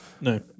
No